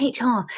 HR